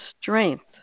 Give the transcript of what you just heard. strength